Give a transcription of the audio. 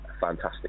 fantastic